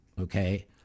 Okay